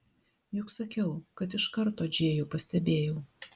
juk sakiau kad iš karto džėjų pastebėjau